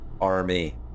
army